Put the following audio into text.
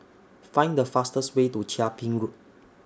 Find The fastest Way to Chia Ping Road